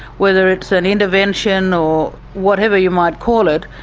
whether it's an intervention or whatever you might call it,